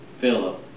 Philip